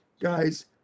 guys